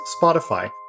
Spotify